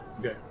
Okay